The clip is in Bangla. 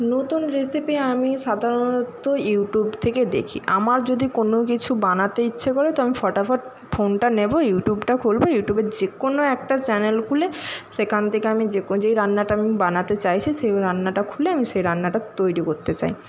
নতুন রেসিপি আমি সাধারণত ইউটিউব থেকে দেখি আমার যদি কোনো কিছু বানাতে ইচ্ছে করে তো আমি ফটাফট ফোনটা নেবো ইউটিউবটা খুলবো ইউটিউবের যে কোনো একটা চ্যানেল খুলে সেখান থেকে আমি যে রান্নাটা আমি বানাতে চাইছি সেই রান্নাটা খুলে আমি সেই রান্নাটা তৈরি করতে চাই